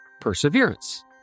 Perseverance